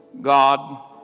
God